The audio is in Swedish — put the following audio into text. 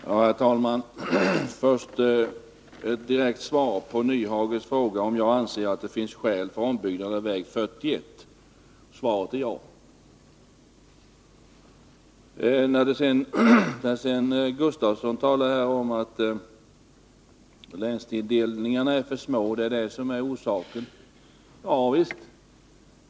Herr talman! Jag vill börja med att ge ett direkt svar på Hans Nyhages fråga om jag anser att det finns skäl för ombyggnad av väg 41. Svaret är ja. Wilhelm Gustafsson talade sedan om att länstilldelningarna är för små och att det är orsaken till att vägbyggena inte sätts i gång. Ja, visst.